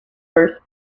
first